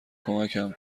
کمکم